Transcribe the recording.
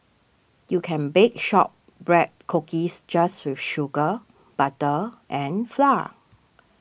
you can bake Shortbread Cookies just with sugar butter and flour